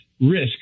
risk